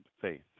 faith